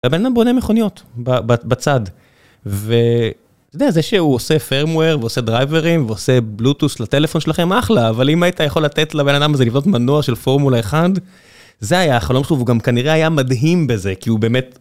היה בן אדם בונה מכוניות, בצד. ואתה יודע, זה שהוא עושה פריימוור, ועושה דרייברים, ועושה בלוטוס לטלפון שלכם, אחלה, אבל אם היית יכול לתת לבן אדם הזה לבנות מנוע של פורמולה אחד, זה היה החלום שלו, וגם כנראה היה מדהים בזה, כי הוא באמת...